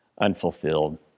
unfulfilled